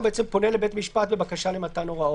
הוא פונה לבית משפט בבקשה למתן הוראות.